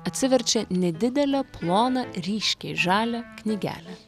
atsiverčia nedidelę ploną ryškiai žalią knygelę